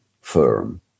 firm